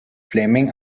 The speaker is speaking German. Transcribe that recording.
fleming